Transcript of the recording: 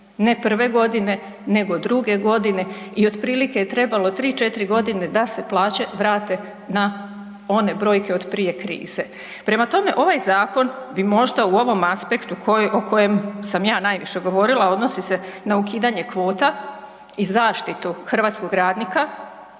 Ne prve godine, nego druge godine i otprilike je trebalo 3, 4 godine da se plaće vrate na one brojke od prije krize. Prema tome, ovaj zakon bi možda u ovom aspektu o kojem sam ja najviše govorila odnosi se na ukidanje kvota i zaštitu hrvatskog radnika,